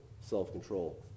self-control